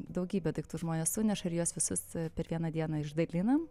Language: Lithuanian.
daugybę daiktų žmonės suneša juos visus per vieną dieną išdalinam